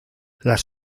las